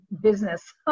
business